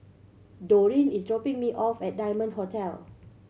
Dorene is dropping me off at Diamond Hotel